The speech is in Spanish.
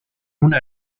una